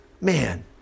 Man